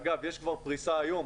אגב, יש כבר פריסה היום.